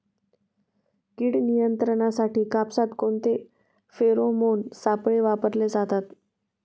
कीड नियंत्रणासाठी कापसात कोणते फेरोमोन सापळे वापरले जातात?